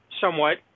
somewhat